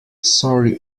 sorry